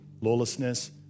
Lawlessness